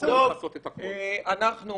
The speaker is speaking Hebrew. הסיכום